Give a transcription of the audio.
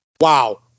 Wow